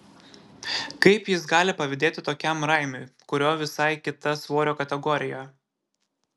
kaip jis gali pavydėti tokiam raimiui kurio visai kita svorio kategorija